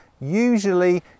usually